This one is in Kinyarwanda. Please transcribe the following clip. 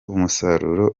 umusaruro